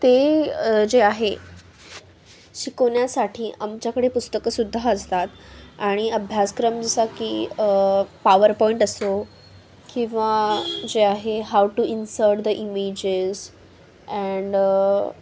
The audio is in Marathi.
ते जे आहे शिकवण्यासाठी आमच्याकडे पुस्तकंसुद्धा असतात आणि अभ्यासक्रम जसा की पावर पॉइंट असो किंवा जे आहे how to insert the images and